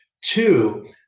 Two